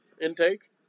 intake